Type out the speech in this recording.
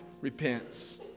repents